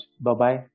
Bye-bye